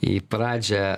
į pradžią